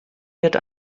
wird